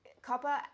Copper